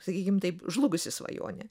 sakykim taip žlugusi svajonė